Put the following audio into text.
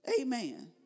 Amen